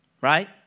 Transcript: right